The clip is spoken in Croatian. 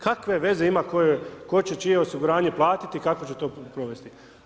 Kakve veze ima tko će čije osiguranje platiti i kako će to provesti.